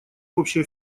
общее